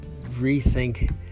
rethink